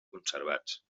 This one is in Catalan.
conservats